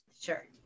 Sure